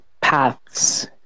paths